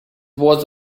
was